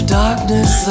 darkness